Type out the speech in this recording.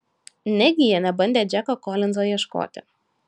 negi jie nebandė džeko kolinzo ieškoti